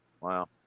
wow